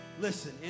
Listen